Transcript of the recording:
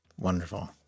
Wonderful